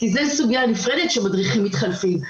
כי זאת סוגיה נפרדת שמדריכים מתחלפים.